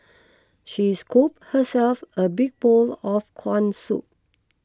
she scooped herself a big bowl of Corn Soup